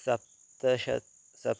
सप्तशतं सप्त